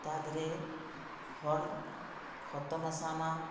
ତା ଦେରେ ଖର୍ ଖତ ମେସାମା